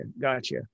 gotcha